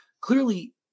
clearly